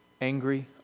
angry